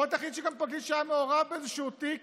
בוא תחליט שפרקליט שהיה מעורב באיזשהו תיק